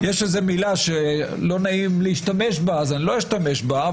יש איזה מילה שלא נעים להשתמש בה אז אני לא אשתמש בה,